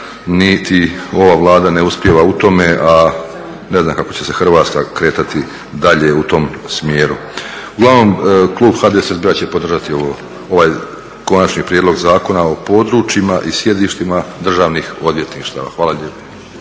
niti ova Vlada ne uspijeva u tome, a ne znam kako će se Hrvatska kretati dalje u tom smjeru. Uglavnom klub HDSSB-a će podržati ovaj Konačni prijedlog Zakona o područjima i sjedištima državnih odvjetništava. Hvala lijepa.